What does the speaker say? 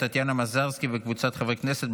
טטיאנה מזרסקי וקבוצת חברי הכנסת,